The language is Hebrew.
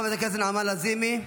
חברת הכנסת נעמה לזימי,